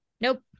nope